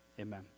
Amen